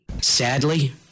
Sadly